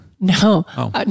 No